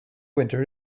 winter